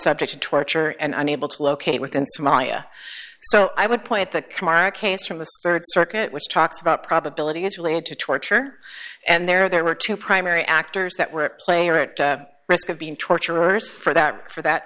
subject to torture and unable to locate within somalia so i would point the kemar case from the rd circuit which talks about probability is related to torture and there there were two primary actors that were player at risk of being torturers for that for that